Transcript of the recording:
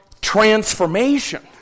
transformation